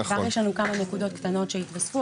כבר יש לנו כמה נקודות קטנות שהתווספו,